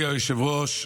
היושב-ראש,